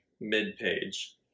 mid-page